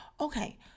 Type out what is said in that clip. okay